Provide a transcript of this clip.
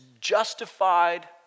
justified